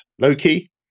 Loki